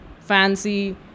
fancy